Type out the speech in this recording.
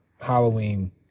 Halloween